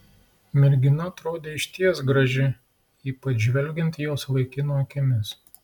mergina atrodė išties graži ypač žvelgiant jos vaikino akimis